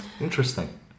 interesting